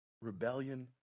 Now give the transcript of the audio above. Rebellion